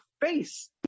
face